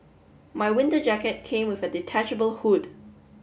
my winter jacket came with a detachable hood